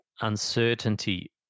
uncertainty